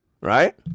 Right